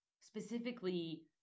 specifically